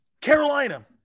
Carolina